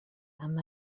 amb